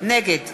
נגד